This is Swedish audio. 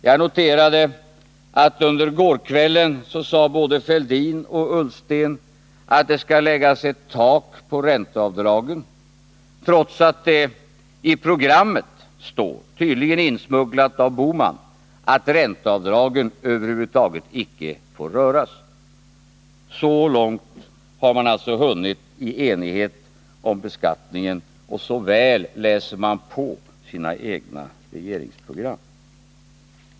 Jag noterade under gårdagskvällen att både Thorbjörn Fälldin och Ola Ullsten sade att det skall läggas ett tak på ränteavdragen, trots att det i programmettydligen insmugglat av Gösta Bohman -— står att ränteavdragen över huvud taget icke får röras. Så långt har man alltså hunnit i enigheten om beskattningen, och så väl läser man på sina egna regeringsprogram.